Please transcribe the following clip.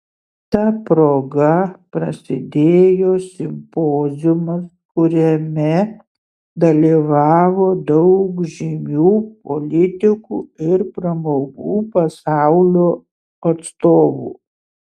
ta proga prasidėjo simpoziumas kuriame dalyvavo daug žymių politikų ir pramogų pasaulio atstovų